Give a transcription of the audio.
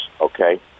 okay